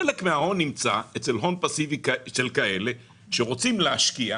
חלק מההון נמצא אצל הון פסיבי של כאלה שרוצים להשקיע,